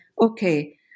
okay